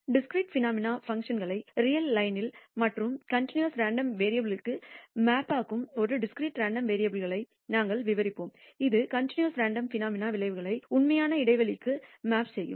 discrete phenomena பங்க்ஷன்களை real லைன்னில் மற்றும் கன்டினியஸ் ரேண்டம் வேரியபுல்க்கு மேப்பாக்கும் டிஸ்கிரிட் ரேண்டம் வேரியபுல்களை நாங்கள் விவரிப்போம் இது கன்டினியஸ் ரேண்டம் ஃபெனோமினா விளைவுகளை உண்மையான இடைவெளிகளுக்கு மேப்பாக்கும்